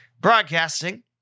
broadcasting